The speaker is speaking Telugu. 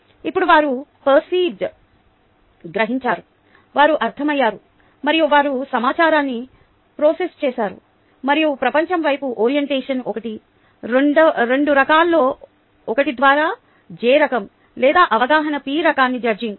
ఇప్పుడు వారు పర్సీవ్డ్ గ్రహించారు వారు అర్ధమయ్యారు మరియు వారు సమాచారాన్ని ప్రాసెస్ చేసారు మరియు ప్రపంచం వైపు ఓరియంటేషన్ ఒకటి రెండు రకాల్లో ఒకటి ద్వారా J రకం లేదా అవగాహన P రకాన్ని జడ్జింగ్